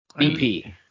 BP